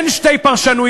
אין שתי פרשנויות.